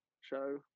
show